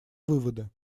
выводы